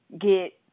get